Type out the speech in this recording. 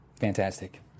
Fantastic